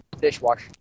dishwasher